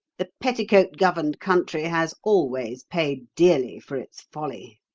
the petticoat-governed country has always paid dearly for its folly.